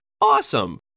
Awesome